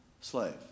slave